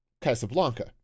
Casablanca